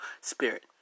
spirit